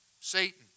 Satan